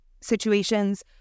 situations